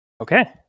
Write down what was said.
okay